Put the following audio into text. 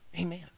Amen